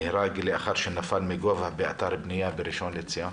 הוא נהרג לאחר שנפל מגובה באתר בנייה בראשון לציון.